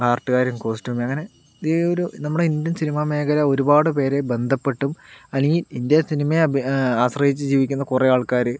ആർട്ടുകാരും costume അങ്ങനെ ഈ ഒരു നമ്മുടെ ഇന്ത്യൻ സിനിമ മേഖല ഒരുപാട് പേരെ ബന്ധപ്പെട്ടും അല്ലങ്കിൽ ഇന്ത്യൻ സിനിമയെ ആശ്രയിച്ച് ജീവിക്കുന്ന കുറേ ആൾക്കാർ ഉണ്ട്